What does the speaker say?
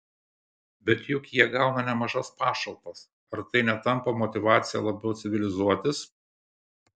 bet juk jie gauna nemažas pašalpas ar tai netampa motyvacija labiau civilizuotis